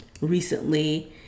recently